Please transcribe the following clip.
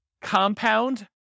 compound